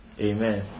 amen